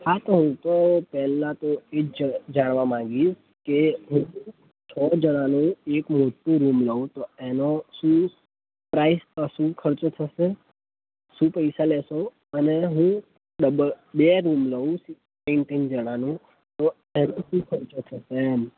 હા તો તો પહેલાં તો એ જ જાણવા માંગીશ કે છ જણાનું એક મોટું રૂમ લઉં તો એનો શું પ્રાઇસ શું ખર્ચો થશે શું પૈસા લેશો અને હું બે રૂમ લઉં ત્રણ ત્રણ જણાનું તો એનો શું ખર્ચો થશે એમ